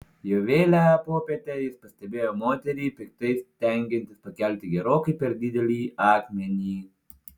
jau vėlią popietę jis pastebėjo moterį piktai stengiantis pakelti gerokai per didelį akmenį